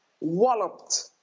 walloped